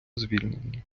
звільнення